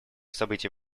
событий